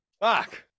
Fuck